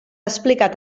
explicat